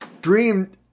Dream